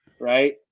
Right